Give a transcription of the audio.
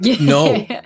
No